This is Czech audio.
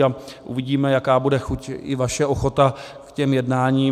A uvidíme, jaká bude chuť i vaše ochota k těm jednáním.